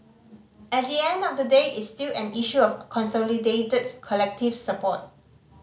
at the end of the day it's still an issue of consolidated collective support